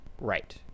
right